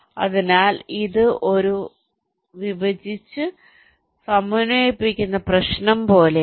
അതിനാൽ ഇത് ഒരു വിഭജിച്ച് സമന്വയിപ്പിക്കുന്ന പ്രശ്നം പോലെയാണ്